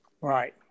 Right